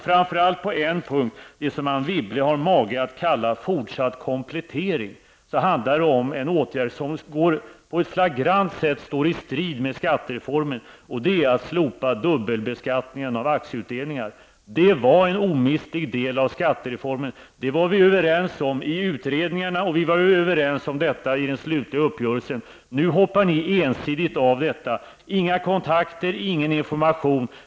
Framför allt på en punkt -- den som Anne Wibble har mage att kalla fortsatt komplettering -- handlar det om en åtgärd som på ett flagrant sätt står i strid med skattereformen, nämligen att slopa dubbelbeskattningen av aktieutdelningar. Detta var en omistlig del av skattereformen, och det var vi överens om i utredningarna och i den slutliga uppgörelsen. Nu hoppar ni ensidigt av. Ni har inte tagit några kontakter och inte lämnat någon information.